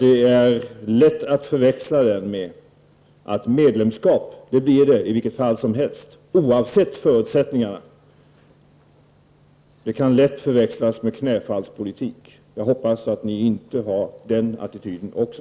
Det är lätt att förväxla den med tanken att medlemskap blir det i vilket fall som helst oavsett förutsättningarna. Det kan lätt förväxlas med knäfallspolitik. Jag hoppas att ni inte har den attityden också.